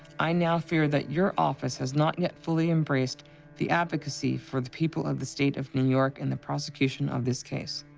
i now fear that your office has not yet fully embraced the advocacy for the people of the state of new york in the prosecution of this case.